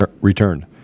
returned